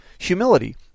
Humility